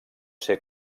ser